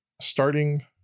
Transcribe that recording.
starting